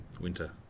Winter